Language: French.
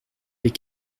des